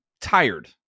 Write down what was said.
tired